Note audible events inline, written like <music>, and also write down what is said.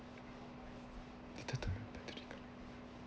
<noise>